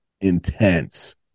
intense